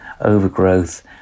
overgrowth